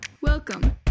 Welcome